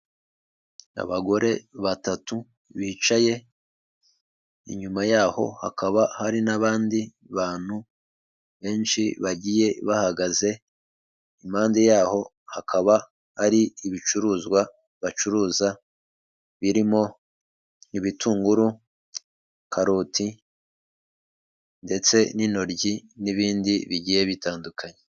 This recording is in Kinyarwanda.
Abagore batatu bicaye inyuma yaho hakaba hari n'abandi bantu benshi bagiye bahagaze, impande yaho hakaba hari ibicuruzwa bacuruza birimo ibitunguru, karoti ndetse n'intoryi n'ibindi bigiye bitandukanye.